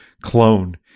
clone